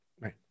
Right